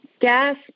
gas